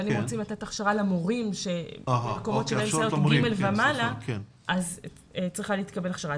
אבל אם רוצים לתת הכשרה למורים בכיתות ג' ומעלה אז צריכה להתקבל הכשרה.